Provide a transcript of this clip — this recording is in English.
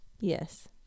Yes